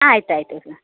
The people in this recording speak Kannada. ಆಯ್ತು ಆಯಿತು ಸರ್